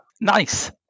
Nice